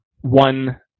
one